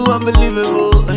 Unbelievable